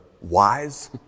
wise